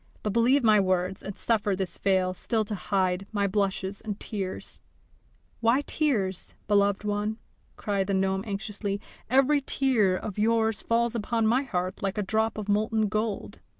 but believe my words, and suffer this veil still to hide my blushes and tears why tears, beloved one cried the gnome anxiously every tear of yours falls upon my heart like a drop of molten gold.